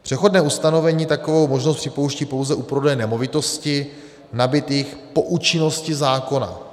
Přechodné ustanovení takovou možnost připouští pouze u prodeje nemovitostí nabytých po účinnosti zákona.